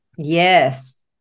Yes